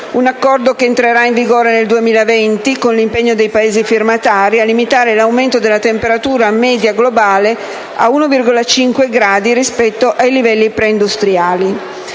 un accordo che entrerà in vigore nel 2020, con l'impegno dei Paesi firmatari a limitare l'aumento della temperatura media globale a 1,5 gradi rispetto ai livelli preindustriali.